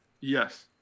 Yes